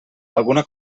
alguna